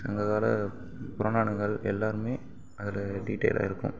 சங்ககால புராணங்கள் எல்லாமே அதில் டீடைலாக இருக்கும்